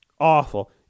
Awful